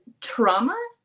trauma